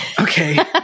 Okay